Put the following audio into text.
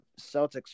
Celtics